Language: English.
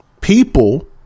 People